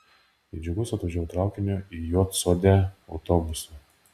į džiugus atvažiavau traukiniu į juodsodę autobusu